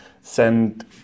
send